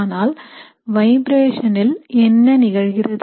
ஆனால் வைப்ரேஷன்களுக்கு என்ன நிகழ்கிறது